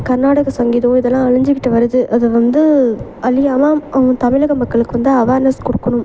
கர்நாடக சங்கீதம் இதெல்லாம் அழிஞ்சுக்கிட்டு வருது அது வந்து அழியாம தமிழக மக்களுக்கு வந்து அவேர்னஸ் கொடுக்கணும்